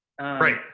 right